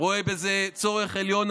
רואה צורך עליון,